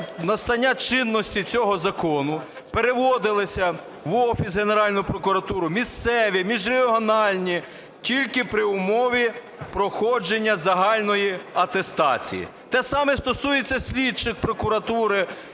настання чинності цього закону переводилися в Офіс, Генеральну прокуратуру, місцеві, міжрегіональні тільки при умові проходження загальної атестації. Те саме стосується слідчих прокуратури,